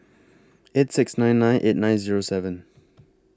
eight six nine nine eight nine Zero seven